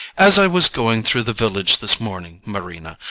as i was going through the village this morning, marina,